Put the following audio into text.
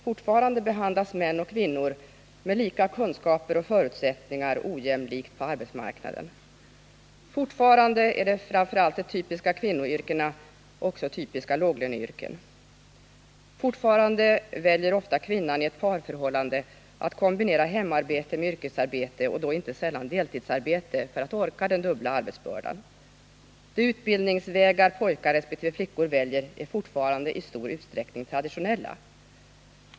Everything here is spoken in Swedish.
Fortfarande behandlas män och kvinnor med lika kunskaper och förutsättningar ojämlikt på arbetsmarkna den. Fortfarande är framför allt de typiska kvinnoyrkena också typiska låglöneyrken. Fortfarande väljer kvinnan i ett parförhållande ofta att kombinera hemarbete med yrkesarbete, och då inte sällan deltidsarbete för att orka med den dubbla arbetsbördan. De utbildningsvägar pojkar resp. flickor väljer är fortfarande i stor utsträckning de traditionella.